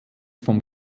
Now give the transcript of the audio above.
vom